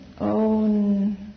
own